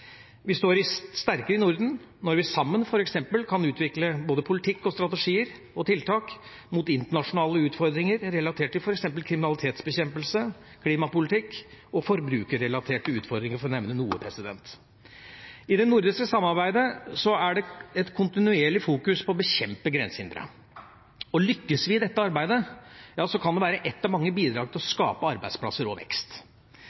Vi står sterkere i Norden når vi sammen f.eks. kan utvikle både politikk, strategier og tiltak mot internasjonale utfordringer relatert til f.eks. kriminalitetsbekjempelse, klimapolitikk og forbrukerrelaterte utfordringer, for å nevne noe. I det nordiske samarbeidet er det et kontinuerlig fokus på å bekjempe grensehindre. Lykkes vi i dette arbeidet, kan det være et av mange bidrag til å